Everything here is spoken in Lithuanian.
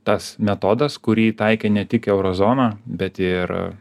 tas metodas kurį taikė ne tik euro zona bet ir